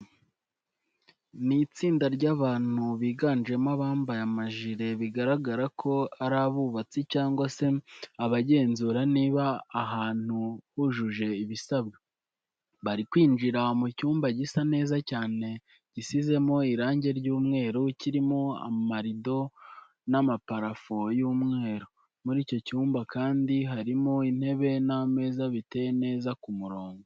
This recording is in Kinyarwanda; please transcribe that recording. Ni itsinda ry'abantu biganjemo abambaye amajire, bigaragara ko ari abubatsi cyangwa se abagenzura niba aha hantu hujuje ibisabwa. Bari kwinjira mu cyumba gisa neza cyane gisizemo irange ry'umweru, kirimo amarido na parafo y'umweru. Muri icyo cyumba kandi harimo intebe n'ameza biteye neza ku murongo.